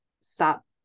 stop